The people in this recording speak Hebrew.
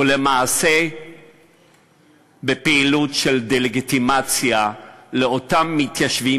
ולמעשה בפעילות של דה-לגיטימציה לאותם מתיישבים,